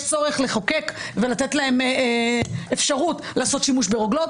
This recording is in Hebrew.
צורך לחוקק ולתת להם אפשרות לעשות שימוש ברוגלות.